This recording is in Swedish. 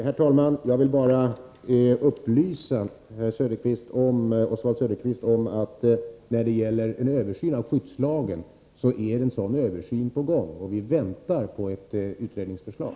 Herr talman! Jag vill bara upplysa Oswald Söderqvist om att en översyn av skyddslagen har aktualiserats. Vi väntar på ett utredningsförslag.